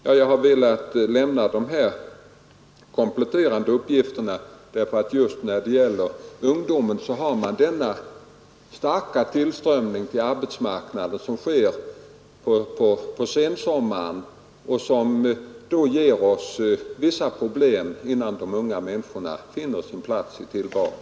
Jag har velat lämna dessa kompletterande upplysningar främst för att betona hur den starka tillströmningen av ungdomar till arbetsmarknaden på sensommaren ger oss vissa problem. Det tar i dag tid innan de unga människorna finner sin plats i arbetslivet.